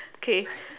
okay